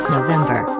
November